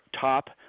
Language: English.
top